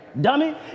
Dummy